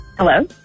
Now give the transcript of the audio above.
Hello